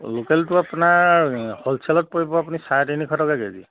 লোকেলটো আপোনাৰ হ'লছেলত পৰিব আপুনি চাৰে তিনিশ টকা কেজি